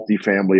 multifamily